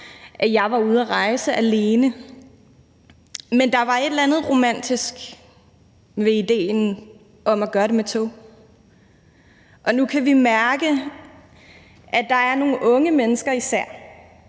jeg var ude at rejse alene – men der var et eller andet romantisk ved idéen om at gøre det med tog. Og nu kan vi mærke, at der er nogle især unge mennesker i